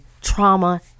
trauma